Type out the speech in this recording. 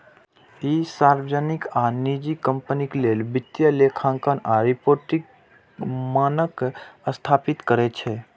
ई सार्वजनिक आ निजी कंपनी लेल वित्तीय लेखांकन आ रिपोर्टिंग मानक स्थापित करै छै